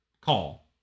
call